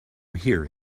here